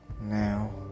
Now